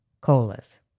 colas